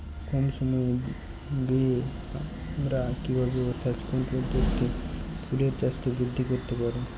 কম সময় ব্যায়ে আমরা কি ভাবে অর্থাৎ কোন পদ্ধতিতে ফুলের চাষকে বৃদ্ধি করতে পারি?